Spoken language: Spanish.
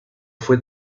fue